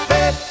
Hey